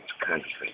country